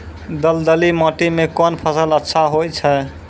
दलदली माटी म कोन फसल अच्छा होय छै?